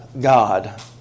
God